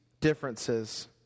differences